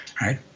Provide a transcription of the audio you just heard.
right